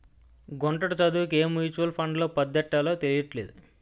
గుంటడి చదువుకి ఏ మ్యూచువల్ ఫండ్లో పద్దెట్టాలో తెలీట్లేదు